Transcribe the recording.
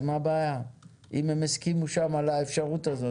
אז מה הבעיה אם הם הסכימו שם לאפשרות הזו?